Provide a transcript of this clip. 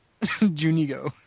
Junigo